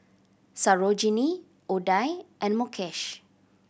Sarojini Udai and Mukesh